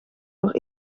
voor